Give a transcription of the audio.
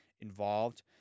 involved